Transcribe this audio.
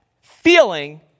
feeling